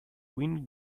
wind